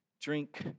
drink